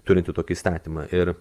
turinti tokį įstatymą ir